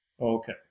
Okay